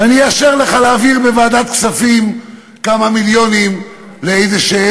ואני אאשר לך להעביר בוועדת הכספים כמה מיליונים ליישובים